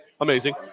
amazing